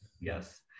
Yes